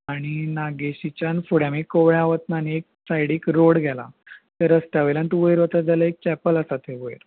आनी नागेशीच्यान फुडें आमी कवळ्यां वतना आनी एक सायडीक रोड गेला थंय रस्त्या वयल्यान वयर वता जाल्यार एक चॅपल आसा थंय वयर